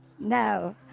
no